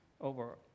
over